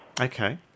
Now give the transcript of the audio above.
Okay